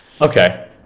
Okay